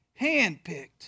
Handpicked